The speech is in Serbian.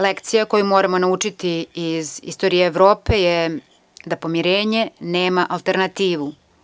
Lekcija koju moramo naučiti iz istorije Evrope je da pomirenje nema alternativu.